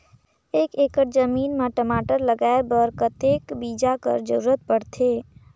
एक एकड़ जमीन म टमाटर लगाय बर कतेक बीजा कर जरूरत पड़थे?